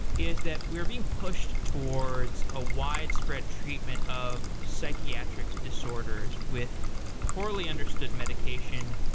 is that we're being pushed towards a wide-spread treatment of psychiatric disorders with poorly understood medication.